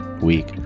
week